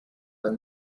when